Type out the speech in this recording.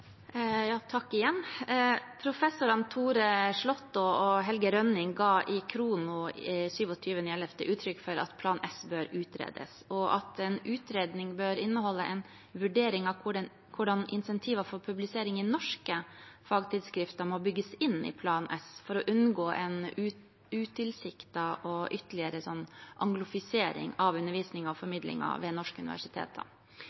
Takk igjen. Professorene Tore Slaatta og Helge Rønning ga i Khrono 27. november uttrykk for at Plan S bør utredes, og at en utredning bør inneholde en vurdering av hvordan incentiver for publisering i norske fagtidsskrifter må bygges inn i Plan S for å unngå en utilsiktet og ytterligere anglifisering av undervisningen og